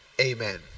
Amen